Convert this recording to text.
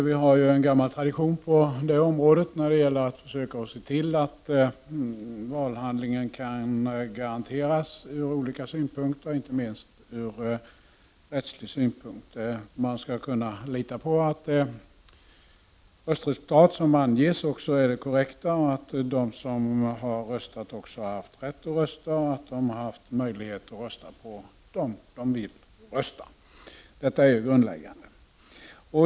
Vi har ju en gammal tradition på det området, när det gäller att försöka se till att valhandligen kan garanteras ur olika synpunkter, inte minst ur rättslig synpunkt: man skall kunna lita på att det röstresultat som anges också är det korrekta, att de som har röstat haft rätt att rösta och att de också haft möjlighet att rösta på dem som de vill rösta på. Detta är grundläggande.